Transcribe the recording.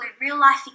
real-life